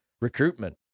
recruitment